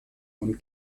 und